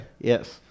Yes